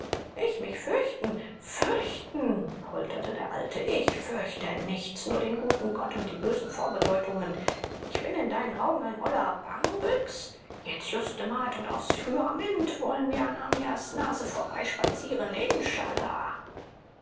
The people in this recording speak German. ich mich fürchten fürchten polterte der alte ich fürchte nichts nur den guten gott und die bösen vorbedeutungen ich bin in deinen augen ein oller bangbüx jetzt justement und aufs jurament wollen wir an hamias nase vorbeispazieren inschaallah